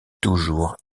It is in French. toujours